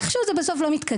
איך שהוא זה בסוף לא מתקדם,